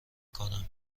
کنم